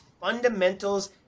fundamentals